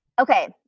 okay